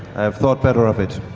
have thought better of it.